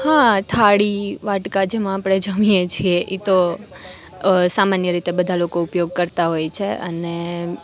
હા થાળી વાટકા જેમાં આપણે જમીએ છીએ એતો સામાન્ય રીતે બધાં લોકો ઉપયોગ કરતાં હોય છે અને